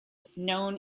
known